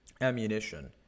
ammunition